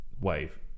wave